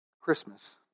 Christmas